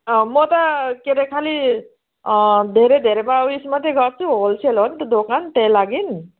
अँ म त के रे खालि धेरै धेरैमा उयेस मात्रै गर्छु होलसेल हो नि त दोकान त्यही लागि